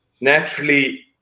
naturally